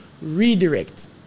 Redirect